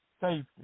safety